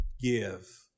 give